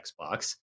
Xbox